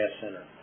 Center